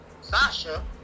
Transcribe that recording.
Sasha